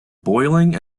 boiling